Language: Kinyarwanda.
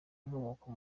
inkomoko